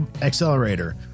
accelerator